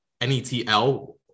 NETL